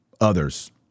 Others